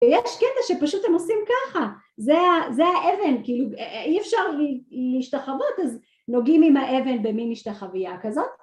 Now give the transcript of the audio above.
ויש קטע שפשוט הם עושים ככה, זה האבן, כאילו אי אפשר להשתחוות אז נוגעים עם האבן במין השתחווייה כזאת.